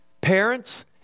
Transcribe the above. Parents